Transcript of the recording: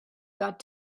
got